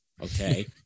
Okay